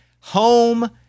home